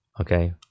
okay